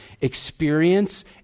Experience